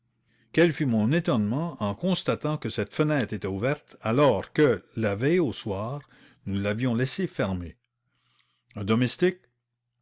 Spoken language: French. quel fût mon étonnement en constatant que cette fenêtre était ouverte alors que la veille au soir nous l'avions laissée fermée un domestique